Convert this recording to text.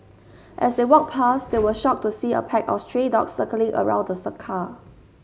as they walked back they were shocked to see a pack of stray dogs circling around the car